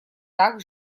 так